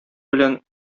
белән